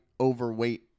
overweight